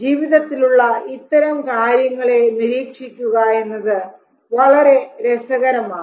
ജീവിതത്തിലുള്ള ഇത്തരം കാര്യങ്ങളെ നിരീക്ഷിക്കുക എന്നത് വളരെ രസകരമാണ്